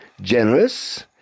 generous